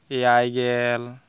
ᱮᱭᱟᱭ ᱜᱮᱞ